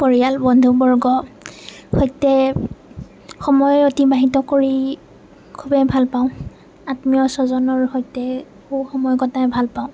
পৰিয়াল বন্ধু বৰ্গৰ সৈতে সময় অতিবাহিত কৰি খুবেই ভাল পাওঁ আত্মীয় স্বজনৰ সৈতে সময় কটাইও ভাল পাওঁ